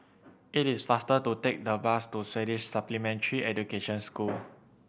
it is faster to take the bus to Swedish Supplementary Education School